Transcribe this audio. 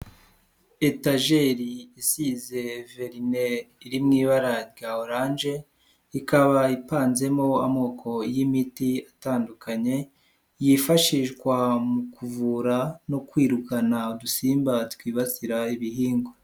Etajeri isize verine iri mu ibara rya oranje, ikaba ipanzemo amoko y'imiti atandukanye yifashishwa mu kuvura no kwirukana udusimba twibasira ibihingwa.